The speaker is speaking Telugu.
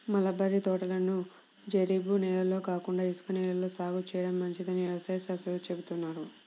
మలబరీ తోటలను జరీబు నేలల్లో కాకుండా ఇసుక నేలల్లో సాగు చేయడం మంచిదని వ్యవసాయ శాస్త్రవేత్తలు చెబుతున్నారు